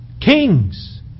Kings